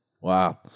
Wow